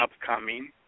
upcoming